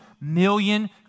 million